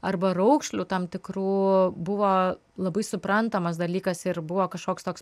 arba raukšlių tam tikrų buvo labai suprantamas dalykas ir buvo kažkoks toks